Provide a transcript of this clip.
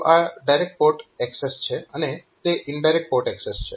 તો આ direct port access છે અને તે ઈનડાયરેક્ટ પોર્ટ એક્સેસ છે